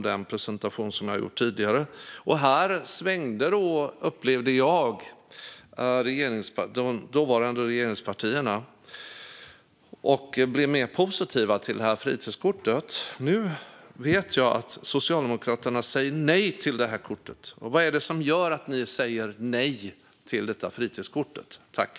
Då upplevde jag att de dåvarande regeringspartierna svängde och blev mer positiva till fritidskortet. Men nu säger Socialdemokraterna nej till fritidskortet. Varför?